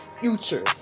future